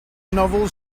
novel